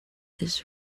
this